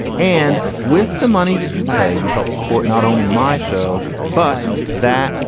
and with the money that you pay you help support not only my show but that.